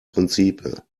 príncipe